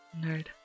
Nerd